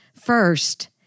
First